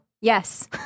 Yes